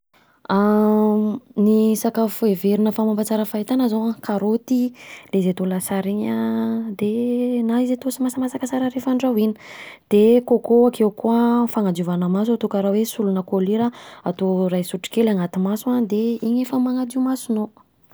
Ny sakafo heverina fa mampatsara fahitana zao an, Karôty le izy atao lasary iny an, de na izy atao sy masamasaka sara rehefa andraoina, de kôkô akeo koa fanadiovana maso atao karaha hoe solona kolira, atao iray sotrokely anaty maso de iny efa manadio masonao.